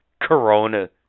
Corona